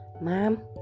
Ma'am